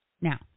Now